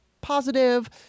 positive